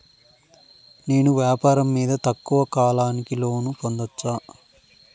నేను వ్యాపారం మీద తక్కువ కాలానికి లోను పొందొచ్చా?